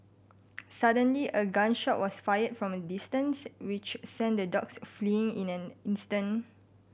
suddenly a gun shot was fired from a distance which sent the dogs fleeing in an instant